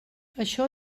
això